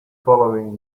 following